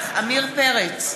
עמיר פרץ,